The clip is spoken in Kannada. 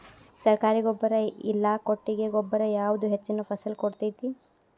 ಸರ್ಕಾರಿ ಗೊಬ್ಬರ ಇಲ್ಲಾ ಕೊಟ್ಟಿಗೆ ಗೊಬ್ಬರ ಯಾವುದು ಹೆಚ್ಚಿನ ಫಸಲ್ ಕೊಡತೈತಿ?